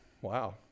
Wow